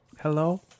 Hello